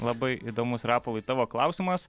labai įdomus rapolai tavo klausimas